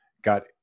Got